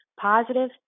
positive